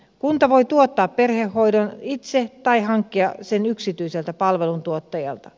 kunta voi tuottaa perhehoidon itse tai hankkia sen yksityiseltä palveluntuottajalta